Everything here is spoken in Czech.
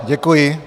Děkuji.